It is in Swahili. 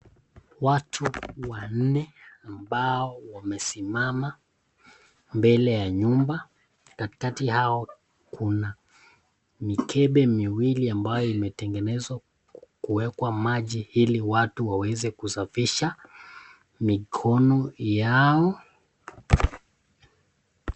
Watu wanne ambao wamesimama mbele ya nyumba katikati yao kuna mikebe miwili ambayo imetengenezwa kuwekwa maji ili watu waweze kusafisha mikono yao.